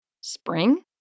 Spring